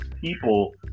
people